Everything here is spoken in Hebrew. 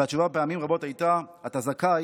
והתשובה פעמים רבות הייתה: אתה זכאי,